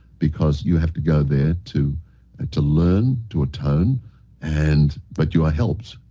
because you have to go there to ah to learn, to atone and but you are helped.